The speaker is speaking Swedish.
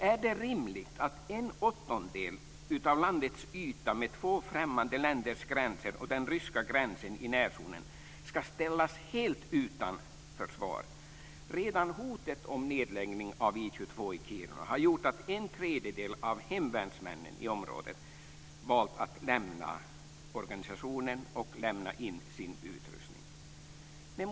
Är det rimligt att en åttondel av landets yta med två främmande länders gränsers och den ryska gränsen i närzonen ska ställas helt utan försvar? Redan hotet om nedläggning av I 22 i Kiruna har gjort att en tredjedel av hemvärnsmännen i området valt att lämna organisationen och lämna in sin utrustning.